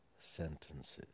sentences